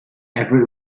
every